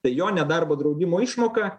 tai jo nedarbo draudimo išmoka